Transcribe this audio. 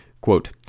Quote